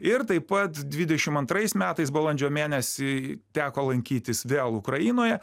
ir taip pat dvidešim antrais metais balandžio mėnesį teko lankytis vėl ukrainoje